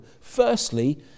Firstly